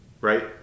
Right